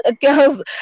girls